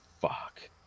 fuck